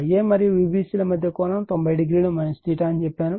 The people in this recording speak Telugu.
Ia మరియు Vbc మధ్య కోణం 90 o అని చెప్పాను